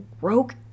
broke